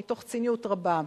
מתוך ציניות רבה.